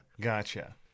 Gotcha